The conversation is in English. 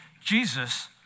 Jesus